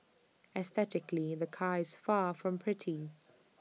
aesthetically the car is far from pretty